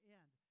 end